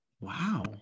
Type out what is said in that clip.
Wow